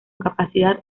capacidad